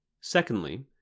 Secondly